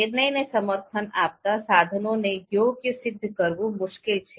નિર્ણયને સમર્થન આપતા સાધનોને યોગ્ય સિદ્ધ કરવું મુશ્કેલ છે